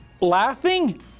laughing